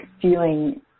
feeling